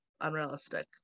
unrealistic